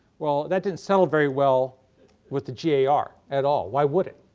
well that didn't settle very well with the gar at all, why would it.